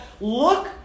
look